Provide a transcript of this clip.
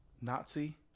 Nazi